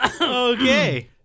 Okay